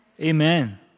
Amen